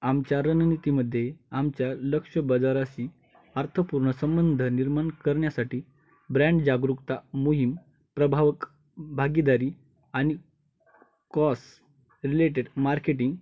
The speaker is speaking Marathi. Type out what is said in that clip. आमच्या रणनीतीमध्ये आमच्या लक्ष्य बाजाराशी अर्थपूर्ण संबंध निर्माण करण्यासाठी ब्रँड जागरूकता मोहीम प्रभावक भागीदारी आणि कॉस रिलेटेड मार्केटिंग